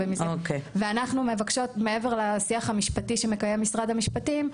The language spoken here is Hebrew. אנחנו מבקשות מעבר לשיח המשפטי שמקיים משרד המשפטים,